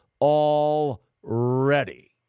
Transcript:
already